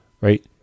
right